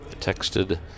texted